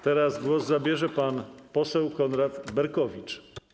Teraz głos zabierze pan poseł Konrad Berkowicz.